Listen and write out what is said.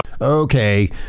Okay